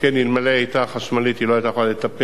שכן אלמלא היתה חשמלית היא לא היתה יכולה לטפס